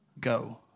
go